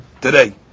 today